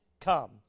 come